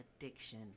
addiction